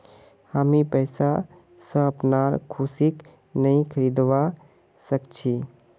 हामी पैसा स अपनार खुशीक नइ खरीदवा सख छि